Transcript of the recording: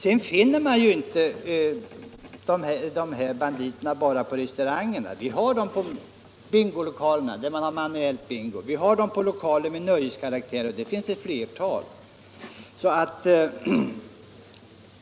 Vidare finner man ju inte banditerna bara på restaurangerna. Vi har dem i bingolokaler med manuellt bingospel, på lokaler av nöjeskaraktär osv.